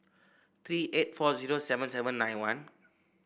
three eight four zero seven seven nine one